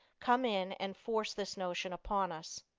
come in and forced this notion upon us.